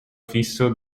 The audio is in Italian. fisso